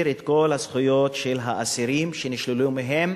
את כל הזכויות של האסירים שנשללו מהם